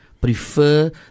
prefer